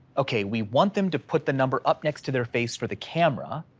okay, we want them to put the number up next to their face for the camera,